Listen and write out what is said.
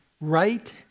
right